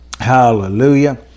Hallelujah